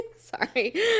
Sorry